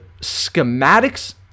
schematics